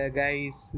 guys